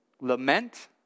Lament